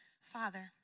Father